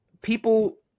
people